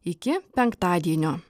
iki penktadienio